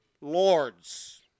lords